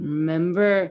Remember